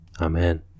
Amen